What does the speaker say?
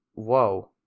Whoa